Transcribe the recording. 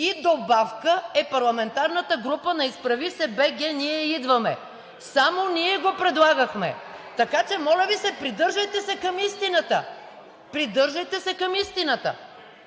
и добавка, е парламентарната група на „Изправи се БГ! Ние идваме!“ Само ние го предлагахме! Така че моля Ви се, придържайте се към истината. (Шум и реплики от